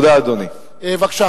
בבקשה.